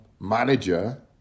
Manager